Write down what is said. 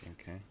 Okay